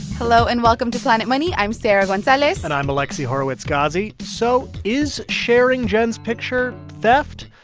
hello, and welcome to planet money. i'm sarah gonzalez and i'm alexi horowitz-ghazi. so is sharing jen's picture theft?